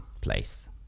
place